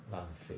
浪费